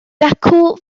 dacw